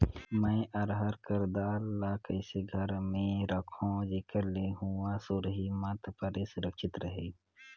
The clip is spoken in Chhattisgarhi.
मैं अरहर कर दाल ला कइसे घर मे रखों जेकर से हुंआ सुरही मत परे सुरक्षित रहे?